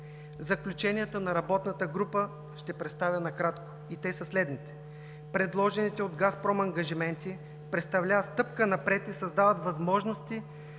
Заключенията на работната група ще представя накратко и те са следните. Предложените от „Газпром“ ангажименти представляват стъпка напред и създават възможности